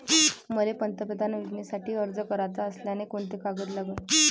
मले पंतप्रधान योजनेसाठी अर्ज कराचा असल्याने कोंते कागद लागन?